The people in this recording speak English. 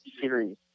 series